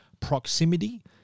proximity